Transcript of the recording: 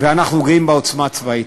ואנחנו גאים בעוצמה הצבאית.